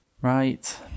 Right